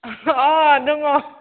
अ दङ